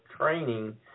Training